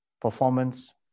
performance